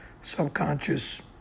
subconscious